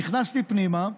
נכנסתי פנימה,